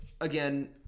Again